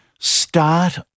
Start